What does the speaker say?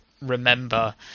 Remember